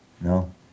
No